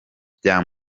bya